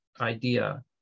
idea